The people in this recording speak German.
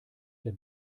der